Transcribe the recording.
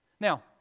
Now